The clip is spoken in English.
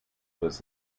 was